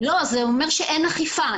זה אומר שאין אכיפה.